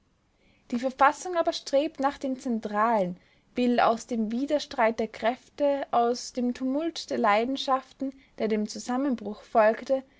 die verfassung aber strebt nach dem zentralen will aus dem widerstreit der kräfte aus dem tumult der leidenschaften der dem zusammenbruch folgte